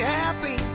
happy